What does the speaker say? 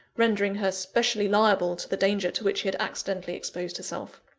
rendering her specially liable to the danger to which she had accidentally exposed herself.